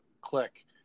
click